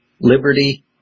liberty